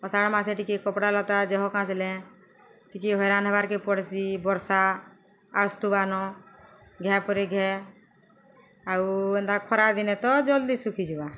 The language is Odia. ଅଷାଢ଼୍ ମାସେ ଟିକେ କପ୍ଡ଼ାଲତା ଜହ କାଚ୍ଲେ ଟିକେ ହଇରାଣ୍ ହେବାର୍କେ ପଡ଼୍ସି ବର୍ଷା ଆସୁଥୁବାନ ଘେ ପରେ ଘେ ଆଉ ଏନ୍ତା ଖରାଦିନେ ତ ଜଲ୍ଦି ଶୁଖିଯିବା